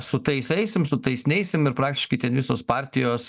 su tais eisim su tais neisim ir praktiškai ten visos partijos